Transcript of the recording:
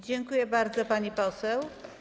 Dziękuję bardzo, pani poseł.